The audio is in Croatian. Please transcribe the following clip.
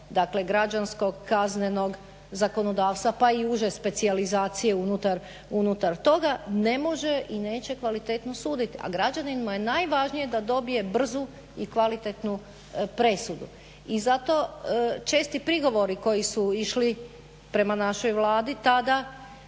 dakle građanskog, kaznenog zakonodavstva pa i uže specijalizacije unutar toga ne može i neće kvalitetno suditi, a građanima je najvažnije da dobije brzu i kvalitetnu presudu. I zato česti prigovori koji su išli prema našoj Vladi tada